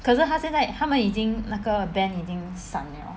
可是他现在他们已经那个 band 已经散了